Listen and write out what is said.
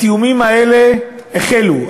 התיאומים האלה החלו,